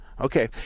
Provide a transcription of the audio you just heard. Okay